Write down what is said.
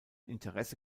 interesse